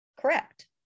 Correct